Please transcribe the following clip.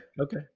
Okay